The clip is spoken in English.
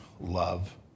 love